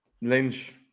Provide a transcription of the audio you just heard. Lynch